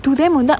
do um duck